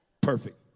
Perfect